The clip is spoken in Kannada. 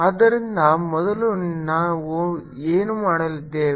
ಆದ್ದರಿಂದ ಮೊದಲು ನಾವು ಏನು ಮಾಡುತ್ತೇವೆ